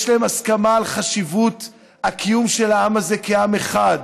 יש להם הסכמה על חשיבות הקיום של העם הזה כעם אחד,